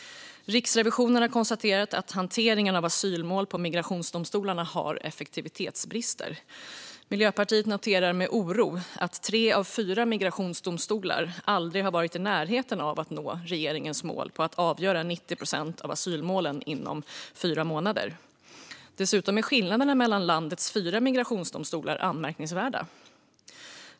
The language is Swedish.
Riksrevisionen har konstaterat att hanteringen av asylmål på migrationsdomstolarna har effektivitetsbrister. Miljöpartiet noterar med oro att tre av fyra migrationsdomstolar aldrig har varit i närheten av att nå regeringens mål att 90 procent av asylmålen ska avgöras inom fyra månader. Dessutom är skillnaderna mellan landets fyra migrationsdomstolar anmärkningsvärda.